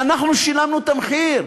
אנחנו שילמנו את המחיר,